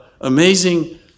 amazing